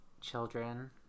children